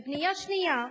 בפנייה שנייה,